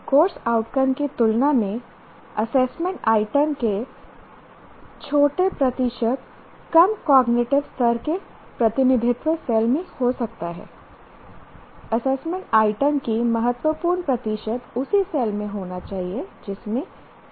course outcome की तुलना में असेसमेंट आइटम के छोटे प्रतिशत कम कॉग्निटिव स्तर के प्रतिनिधित्व सेल में हो सकता है असेसमेंट आइटम की महत्वपूर्ण प्रतिशत उसी सेल में होना चाहिए जिसमें CO है